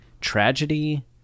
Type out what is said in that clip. tragedy